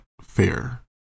fair